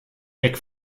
weg